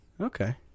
Okay